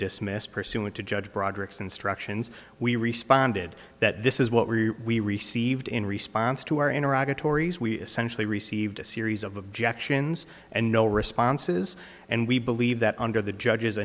dismiss pursuant to judge broderick's instructions we responded that this is what we we received in response to our interactive tori's we essentially received a series of objections and no responses and we believe that under the judge